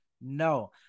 No